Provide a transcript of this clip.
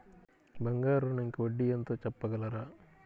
బంగారు ఋణంకి వడ్డీ ఎంతో చెప్పగలరా?